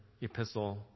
epistle